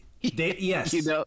Yes